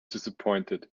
disappointed